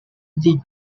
league